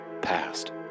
Past